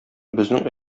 безнең